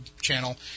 channel